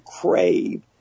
crave